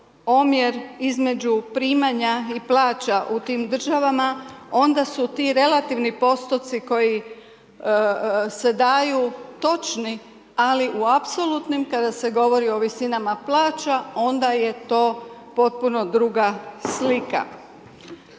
omjer između primanja i plaća u tim državama onda su ti relativni postotci koji se daju točni, ali u apsolutnim kada se govori o visinama plaća, onda je to potpuno druga slika.